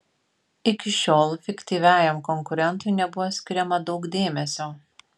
iki šiol fiktyviajam konkurentui nebuvo skiriama daug dėmesio